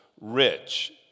rich